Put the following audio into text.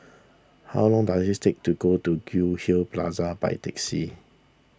how long does its take to go to Goldhill Plaza by taxi